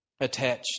attached